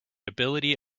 ability